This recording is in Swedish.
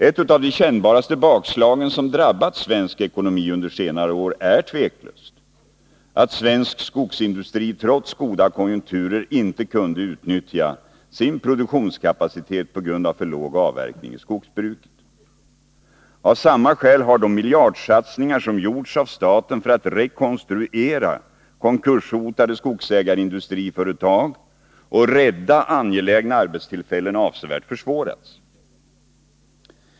Ett av de kännbara bakslagen som drabbat svensk ekonomi under senare år är tveklöst att svensk skogsindustri trots goda konjunkturer inte kunde utnyttja sin produktionskapacitet på grund av för låg avkastning i skogsbruket. Av samma skäl har de miljardsatsningar som gjorts av staten för att rekonstruera konkurshotade skogsägarindustriföretag och rädda angelägna arbetstillfällen avsevärt försvårats.